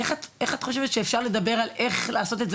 איך את חושבת שאפשר לדבר על איך לעשות את זה